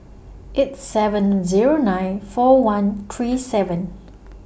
eight seven Zero nine four one three seven